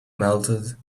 melted